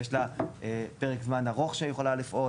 יש לה פרק זמן ארוך שהיא יכולה לפעול,